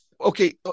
okay